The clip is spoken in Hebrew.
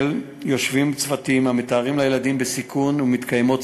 ושם יושבים צוותים המאתרים ילדים בסיכון,